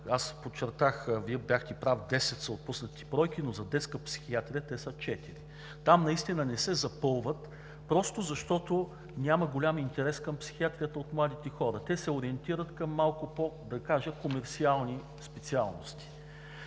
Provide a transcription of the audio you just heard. заплатени. Вие бяхте прав – 10 са отпуснатите бройки, но за детска психиатрия те са четири. Там наистина те не се запълват просто защото няма голям интерес към психиатрията от младите хора – те се ориентират към малко по-комерсиални специалности.